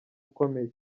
ukomeye